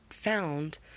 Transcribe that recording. found